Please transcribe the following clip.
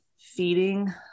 Feeding